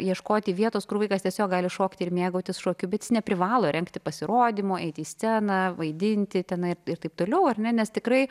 ieškoti vietos kur vaikas tiesiog gali šokti ir mėgautis šokiu bet jis neprivalo rengti pasirodymų eiti į sceną vaidinti tenai ir taip toliau ar ne nes tikrai